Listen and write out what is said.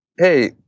hey